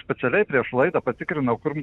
specialiai prieš laidą patikrinau kur